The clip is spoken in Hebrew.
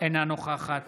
אינה נוכחת